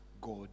God